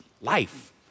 life